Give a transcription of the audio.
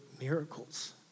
miracles